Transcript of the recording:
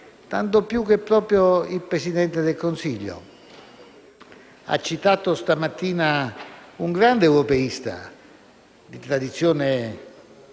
Tanto più che proprio il Presidente del Consiglio ha citato stamattina un grande europeista di tradizione